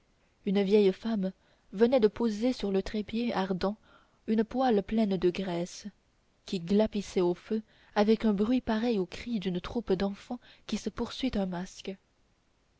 une vieille femme venait de poser sur le trépied ardent une poêle pleine de graisse qui glapissait au feu avec un bruit pareil aux cris d'une troupe d'enfants qui poursuit un masque